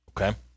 okay